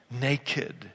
naked